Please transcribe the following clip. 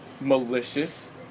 malicious